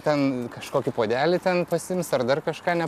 ten kažkokį puodelį ten pasiims ar dar kažką ne